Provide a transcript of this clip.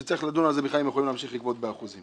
צריך לדון אם בכלל הם יכולים להמשיך לגבות באחוזים.